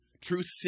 Truth